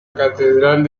catedral